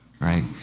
right